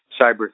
cyber